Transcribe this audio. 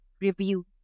review